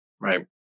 Right